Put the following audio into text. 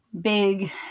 big